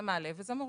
זה מעלה וזה מוריד.